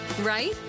right